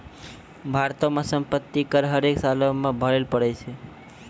भारतो मे सम्पति कर हरेक सालो मे भरे पड़ै छै